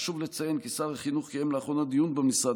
חשוב לציין כי שר החינוך קיים לאחרונה דיון במשרד